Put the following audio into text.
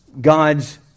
God's